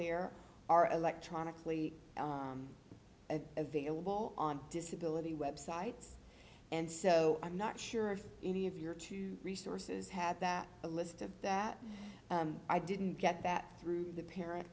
there are electronically and available on disability web sites and so i'm not sure if any of your two resources had that a list of that i didn't get that through the parent